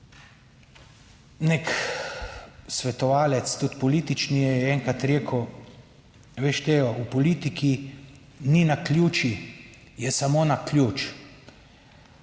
nek svetovalec, tudi politični, je enkrat rekel, a veš Teo, v politiki ni naključij, je samo na ključ.